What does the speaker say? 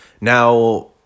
now